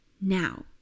now